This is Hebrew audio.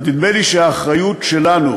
אז נדמה לי שהאחריות שלנו